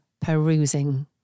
perusing